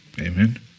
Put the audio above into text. Amen